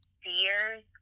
fears